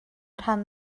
rhan